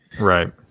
Right